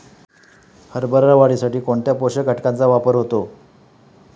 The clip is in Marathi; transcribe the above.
हरभरा वाढीसाठी कोणत्या पोषक घटकांचे वापर होतो?